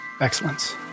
Excellence